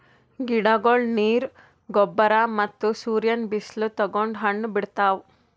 ಗಿಡಗೊಳ್ ನೀರ್, ಗೊಬ್ಬರ್ ಮತ್ತ್ ಸೂರ್ಯನ್ ಬಿಸಿಲ್ ತಗೊಂಡ್ ಹಣ್ಣ್ ಬಿಡ್ತಾವ್